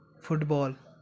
football